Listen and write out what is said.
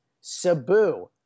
Sabu